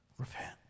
Repent